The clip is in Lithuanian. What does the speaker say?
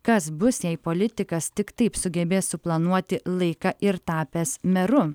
kas bus jei politikas tik taip sugebės suplanuoti laiką ir tapęs meru